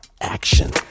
action